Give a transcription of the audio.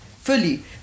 fully